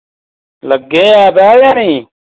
लगे दे ऐ जां नेईं